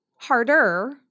harder